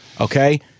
okay